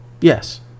Yes